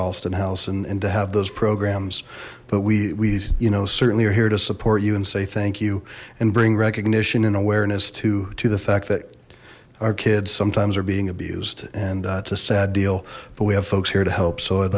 ralston house and to have those programs but we you know certainly are here to support you and say thank you and bring recognition and awareness to to the fact that our kids sometimes are being abused and it's a sad deal but we have folks here to help so i'd